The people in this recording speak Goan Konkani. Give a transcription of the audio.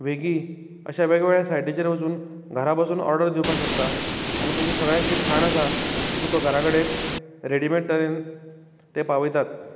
स्विगी अशे वेगवेगळे सायटिचेर वचून घरा बसून ऑर्डर दिवपाक शकता आनी तुजें जें सगळें खाण आसा तें तुका घरा कडेन रेडिमेड तरेन ते पावयतात